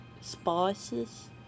spices